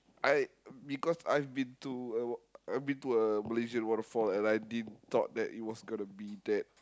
I because I've been to I've been to a Malaysia waterfall and I didn't thought that it was gonna be that